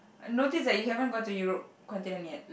notice that you haven't gone to Europe continent yet